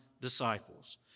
disciples